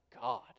God